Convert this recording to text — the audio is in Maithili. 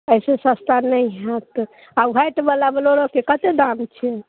एहि से सस्ता नहि हाएत आ ओ ह्वाइटबला बलोरोके कतेक दाम छियै